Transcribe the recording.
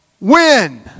win